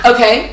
Okay